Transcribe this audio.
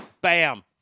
Bam